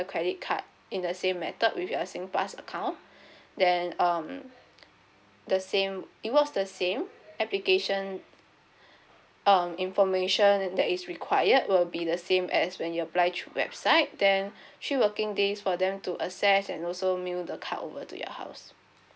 credit card in the same method with your singpass account then um the same it works the same application um information that is required will be the same as when you apply through website then three working days for them to assess and also mail the card over to your house